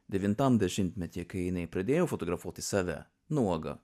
devintam dešimtmetyje kai jinai pradėjo fotografuoti save nuogą